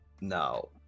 no